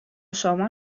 شما